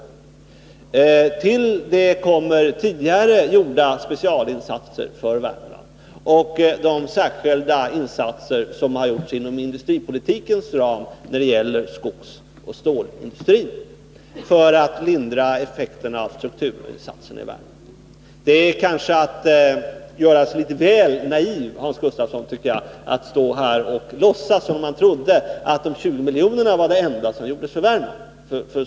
Därtill kommer tidigare gjorda specialinsatser för Värmland och de särskilda insatser som har gjorts inom industripolitikens ram när det gäller skogsoch stålindustrin för att lindra effekterna av strukturomvandlingen i Värmland. Det är kanske att göra sig litet väl naiv, Hans Gustafsson, att stå här och låtsas som om man trodde att beviljandet av de 20 miljonerna var det enda som gjordes för Värmland.